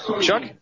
Chuck